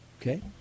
Okay